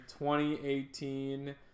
2018